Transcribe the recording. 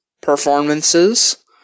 performances